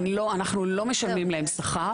אנחנו לא משלמים להן שכר,